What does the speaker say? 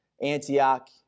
Antioch